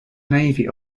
navy